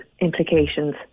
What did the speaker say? implications